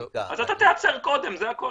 אז אתה תיעצר קודם, זה הכול.